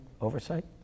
oversight